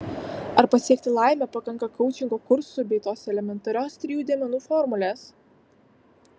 ar pasiekti laimę pakanka koučingo kursų bei tos elementarios trijų dėmenų formulės